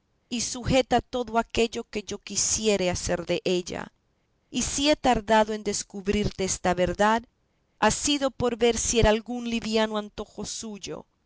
y sujeta a todo aquello que yo quisiere hacer della y si he tardado en descubrirte esta verdad ha sido por ver si era algún liviano antojo suyo